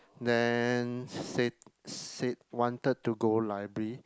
then said said wanted to go library